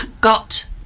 got